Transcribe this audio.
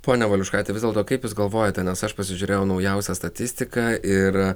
ponia valiuškaite vis dėlto kaip jūs galvojate nes aš pasižiūrėjau naujausią statistiką ir